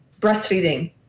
breastfeeding